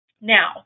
Now